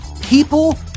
people